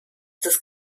des